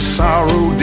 sorrow